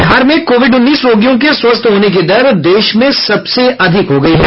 बिहार में कोविड उन्नीस रोगियों के स्वस्थ होने की दर देश में सबसे अधिक हो गयी है